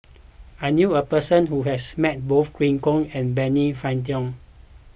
I knew a person who has met both Glen Goei and Benny Se Teo